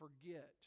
forget